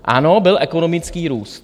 Ano, byl ekonomický růst.